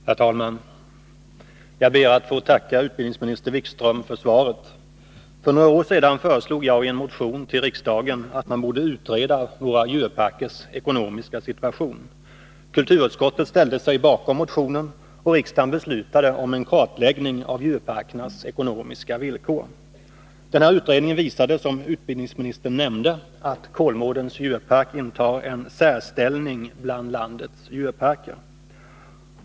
Herr talman! Jag ber att få tacka utbildningsminister Wikström för svaret. För några år sedan föreslog jag i en motion till riksdagen att man skulle Nr 74 utreda våra djurparkers ekonomiska situation. Kulturutskottet ställde sig Fredagen den bakom motionen och riksdagen beslutade om en kartläggning av djurpar 5 februari 1982 kernas ekonomiska villkor. Denna utredning visade, som utbildningsministern nämnde, att Kolmårdens djurpark intar en särställning bland landets Om åtgärder för djurparker.